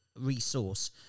resource